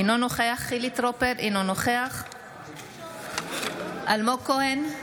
אינו נוכח חילי טרופר, אינו נוכח אלמוג כהן,